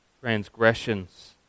transgressions